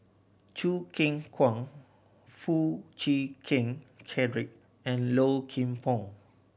Choo Keng Kwang Foo Chee Keng Cedric and Low Kim Pong